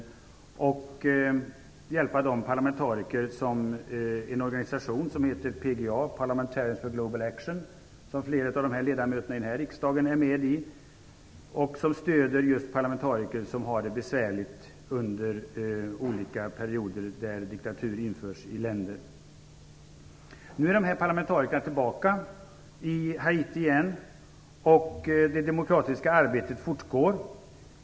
Syftet var också att hjälpa parlamentarikerna i organisationen PGA - Parliamentarians for Global Action. Flera av ledamöterna i denna riksdag är med i den organisationen. Den stöder parlamentariker som har det besvärligt under olika perioder av diktatur. Nu är dessa parlamentariker tillbaka i Haiti igen. Det demokratiska arbetet fortgår.